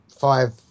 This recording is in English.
five